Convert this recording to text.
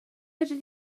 fedri